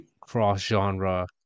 cross-genre